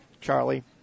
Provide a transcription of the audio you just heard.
Charlie